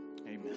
Amen